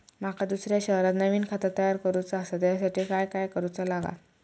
माका दुसऱ्या शहरात नवीन खाता तयार करूचा असा त्याच्यासाठी काय काय करू चा लागात?